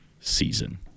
season